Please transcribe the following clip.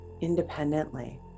independently